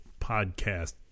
Podcast